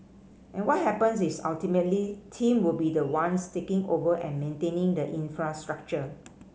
and what happens is ultimately team will be the ones taking over and maintaining the infrastructure